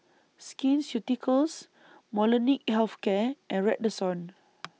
Skin Ceuticals Molnylcke Health Care and Redoxon